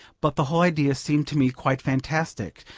but the whole idea seemed to me quite fantastic,